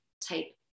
type